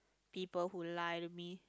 people who lie to me